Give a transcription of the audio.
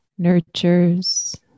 nurtures